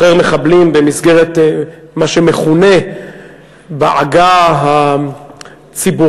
על דרישת ארצות-הברית לשחרר מחבלים במסגרת מה שמכונה בעגה הציבורית,